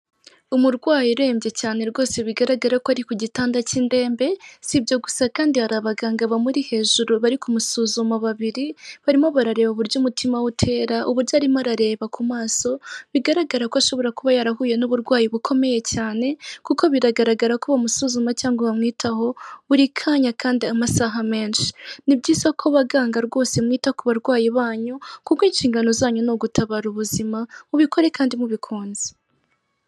Umurwayi urembye cyane rwose bigaragara ko ari ku gitanda cy'indembe, si ibyo gusa kandi hari abaganga bamuri hejuru bari kumusuzuma babiri, barimo barareba uburyo umutima we utera, uburyo arimo arareba ku maso, bigaragara ko ashobora kuba yarahuye n'uburwayi bukomeye cyane, kuko biragaragara ko bamusuzuma cyangwa bamwitaho, buri kanya kandi amasaha menshi. Ni byiza ko baganga rwose mwita ku barwayi banyu, kuko inshingano zanyu ni ugutabara ubuzima, mubikore kandi mubikunze.